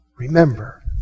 Remember